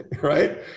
right